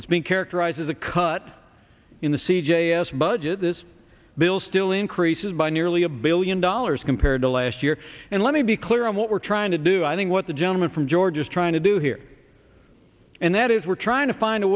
that's been characterized as a cut in the c j s budget this bill still increases by nearly a billion dollars compared to last year and let me be clear on what we're trying to do i think what the gentleman from georgia is trying to do here and that is we're trying to find a